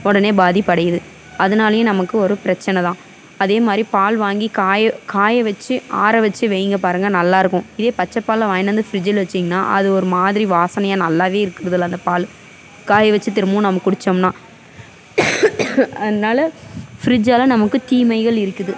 உடனே பாதிப்பு அடையிது அதுனாலேயும் நமக்கு ஒரு பிரச்சனை தான் அதேமாதிரி பால் வாங்கி காய காய வச்சு ஆற வச்சு வைங்க பாருங்க நல்லாயிருக்கும் இதுவே பச்சை பாலை வாங்கிகிட்டு வந்து ஃப்ரிஜ்ஜில் வைச்சிங்கனா அது ஒரு மாதிரி வாசனையாக நல்லா இருக்கிறதுல்ல அந்த பால் காய வச்சு திரும்பவும் நம்ம குடித்தோம்னா அதனால ஃப்ரிஜ்ஜால் நமக்கு தீமைகள் இருக்குது